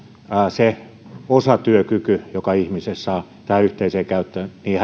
se osatyökyky joka ihmisessä on tähän yhteiseen käyttöön niin